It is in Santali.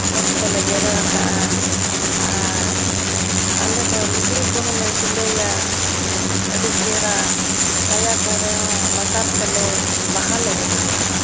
ᱚᱛ ᱠᱚᱞᱮ ᱡᱮᱨᱮᱲ ᱠᱟᱜᱼᱟ ᱟᱨ ᱟᱞᱮᱫᱚ ᱞᱩᱜᱽᱲᱤ ᱠᱚᱦᱚᱸᱞᱮ ᱥᱤᱞᱟᱹᱭᱟ ᱟᱹᱰᱤ ᱪᱮᱦᱨᱟ ᱥᱟᱭᱟ ᱠᱚᱨᱮᱦᱚᱸ ᱞᱟᱛᱟᱨ ᱛᱮᱞᱮ ᱵᱟᱦᱟ ᱞᱮ ᱵᱮᱱᱟᱣᱟᱜᱼᱟ